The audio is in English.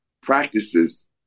practices